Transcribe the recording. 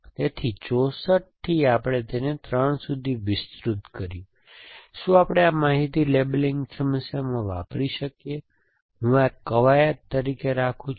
તેથી 64 થી આપણે તેને 3 સુધી વિસ્તૃત કર્યું છે શું આપણે આ માહિતી લેબલીંગ સમસ્યામાં વાપરી શકીયે હું આ એક કવાયત તરીકે રાખું છું